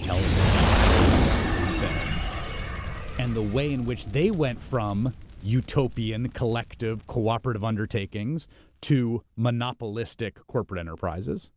television, radio, film and the way in which they went from utopian collective cooperative undertakings to monopolistic corporate enterprises.